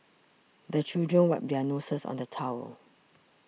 the children wipe their noses on the towel